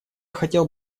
хотел